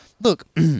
look